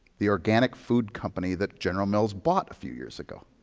the organic food company that general mills bought a few years ago.